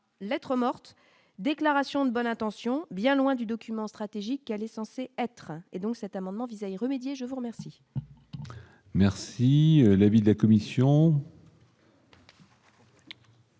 lettre morte, déclaration de bonnes intentions, bien loin du document stratégique, elle est censée être et, donc, cet amendement vise à y remédier je vous remercie. Merci l'avis de la commission.